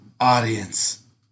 audience